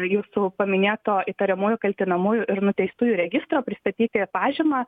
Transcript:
jūsų paminėto įtariamųjų kaltinamųjų ir nuteistųjų registro pristatyti pažymą